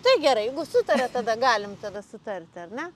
tai gerai jeigu sutaria tada galim tada sutarti ar ne